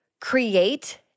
create